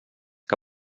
que